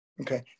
Okay